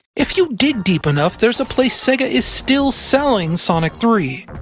if you dig deep enough, there's a place sega is still selling sonic three.